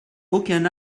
aucun